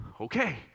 Okay